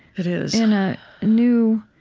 it is, in a new,